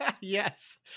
yes